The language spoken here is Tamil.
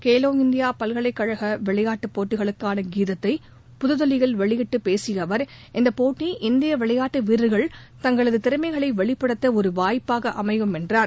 கேலோ இந்தியா பல்கலைக் கழக விளையாட்டுப் போட்டிகளுக்கான கீதத்தை புதுதில்லியில் வெளியிட்டு பேசிய அவர் இந்தப் போட்டி இந்திய விளையாட்டு வீரர்கள் தங்களது திறமைகளை வெளிப்படுத்த ஒரு வாய்ப்பாக அமையும் என்றார்